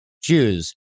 Jews